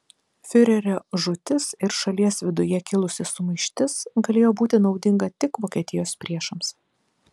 fiurerio žūtis ir šalies viduje kilusi sumaištis galėjo būti naudinga tik vokietijos priešams